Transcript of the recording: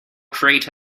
create